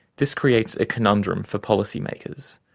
this creates a conundrum for policy makers.